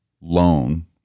loan